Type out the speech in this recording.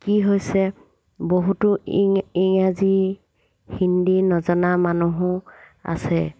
কি হৈছে বহুতো ইং ইংৰাজী হিন্দী নজনা মানুহো আছে